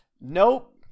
nope